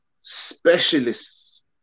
specialists